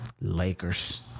Lakers